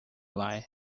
lie